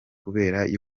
kubera